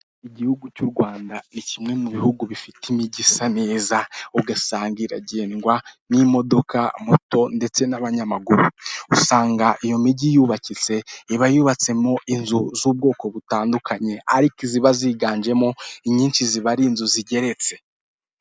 Igihugu cy'u Rwanda ni kimwe mu bihugu bifite imijyi isa neza ugasanga iragendwa n'imodoka moto ndetse n'abanyamaguru usanga iyo mijyi yubakitse iba yubatsemo inzu z'ubwoko butandukanye ariko ziba ziganjemo inyinshi ziba ari inzu zigeretse.